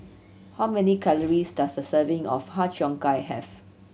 how many calories does a serving of Har Cheong Gai have